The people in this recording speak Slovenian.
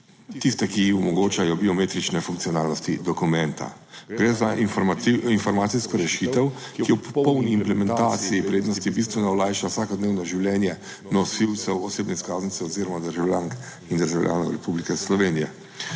tiste, ki omogočajo biometrične funkcionalnosti dokumenta. Gre za informacijsko rešitev, ki ob popolni implementaciji prednosti bistveno olajša vsakodnevno življenje nosilcev osebne izkaznice oziroma državljank in državljanov Republike Slovenije.